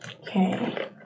Okay